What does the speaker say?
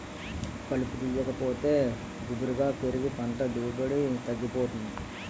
కలుపు తీయాకపోతే గుబురుగా పెరిగి పంట దిగుబడి తగ్గిపోతుంది